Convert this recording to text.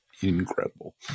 incredible